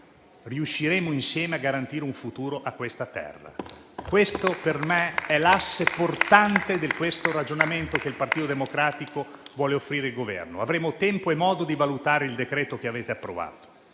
riusciremo insieme a garantire un futuro a questa terra. Questo per me è l'asse portante del ragionamento che il Partito Democratico vuole offrire al Governo. Avremo tempo e modo di valutare il decreto che avete approvato.